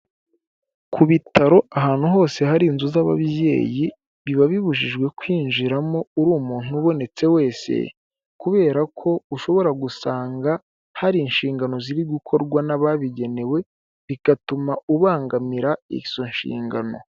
Ku bitaro, ahantu hose hari inzu z'ababyeyi, biba bibujijwe kwinjiramo uri umuntu ubonetse wese, kubera ko ushobora gusanga hari inshingano ziri gukorwa n'ababigenewe, bigatuma ubangamira izo nshingano.